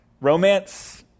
Romance